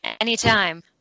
Anytime